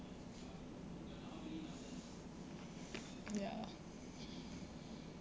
ya